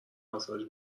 ماساژ